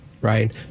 right